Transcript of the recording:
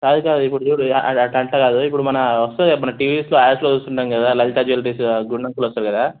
కాదు కాదు ఇప్పుడు చూడు అట్ట అంతా కాదు ఇప్పుడు మన వస్తది కదా మన టీవీఎస్లో యాడ్స్లో చూస్తుంటాం కదా లలిత జ్యూలరీస్ గుండు అంకుల్ వస్తాడు కదా